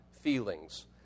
feelings